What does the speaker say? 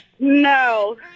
No